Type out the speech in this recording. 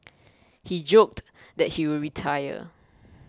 he joked that he would retire